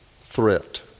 threat